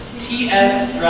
t s,